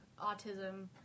autism